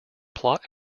plot